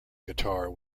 guitar